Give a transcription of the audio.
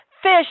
fish